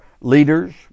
leaders